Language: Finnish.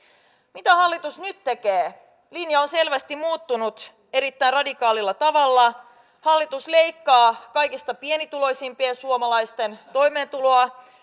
mitä hallitus nyt tekee linja on selvästi muuttunut erittäin radikaalilla tavalla hallitus leikkaa kaikista pienituloisimpien suomalaisten toimeentuloa